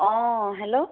অঁ হেল্ল'